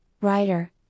writer